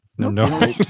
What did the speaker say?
No